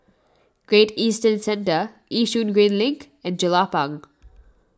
Great Eastern Centre Yishun Green Link and Jelapang